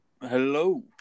Hello